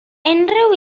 unrhyw